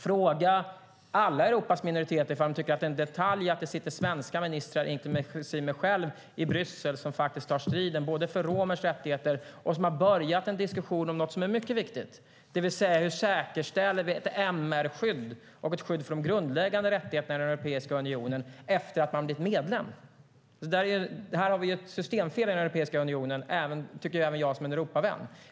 Fråga alla Europas minoriteter ifall de tycker att det är en detalj att det sitter svenska ministrar, inklusive mig själv, i Bryssel som faktiskt tar striden för romers rättigheter och som har påbörjat en diskussion om något som är mycket viktigt, det vill säga hur vi säkerställer ett MR-skydd och ett skydd för de grundläggande rättigheterna i Europeiska unionen efter att länderna har blivit medlemmar! Här har vi ett systemfel i Europeiska unionen - det tycker även jag som är en Europavän.